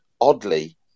oddly